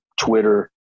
Twitter